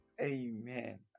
Amen